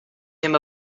him